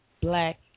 black